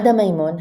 עדה מימון,